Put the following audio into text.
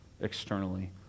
externally